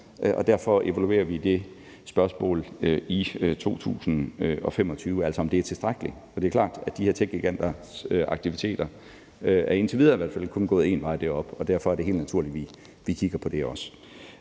og derfor evaluerer vi det spørgsmål i 2025, altså om det er tilstrækkeligt. For det er klart, at de her techgiganters aktiviteter, indtil videre i hvert fald, kun er gået én vej, og det er op, og derfor er det helt naturligt, at vi kigger på det også.